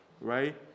right